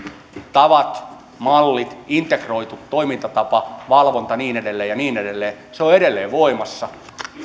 tavat ja mallit integroitu toimintatapa valvonta ja niin edelleen ja niin edelleen ovat edelleen voimassa